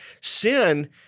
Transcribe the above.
sin